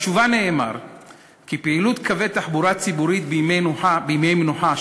בתשובה נאמר כי פעילות קווי תחבורה ציבורית בימי מנוחה,